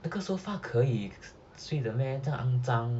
because sofa 可以睡的 meh 肮脏